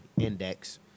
index